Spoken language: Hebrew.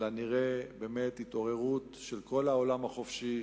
אלא נראה התעוררות של כל העולם החופשי,